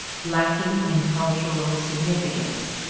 lacking in cultural significance.